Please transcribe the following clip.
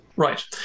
Right